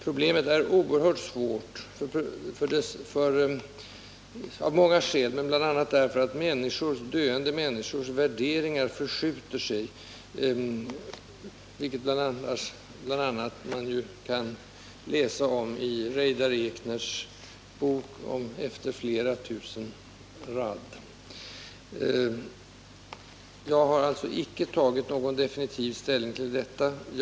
Problemet är oerhört svårlöst av många skäl, bl.a. därför att döende människors värderingar successivt förskjuter sig, vilket man bl.a. kan läsa om i Reidar Ekners bok Efter flera tusen rad. Jag har alltså icke tagit någon definitiv ställning till denna fråga.